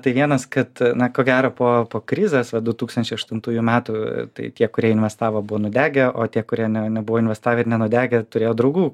tai vienas kad na ko gero po po krizės va du tūkstančiai aštuntųjų metų tai tie kurie investavo buvo nudegę o tie kurie ne nebuvo investavę ir nenudegę turėjo draugų